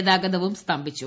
ഗതാഗതവും സ്തംഭിച്ചു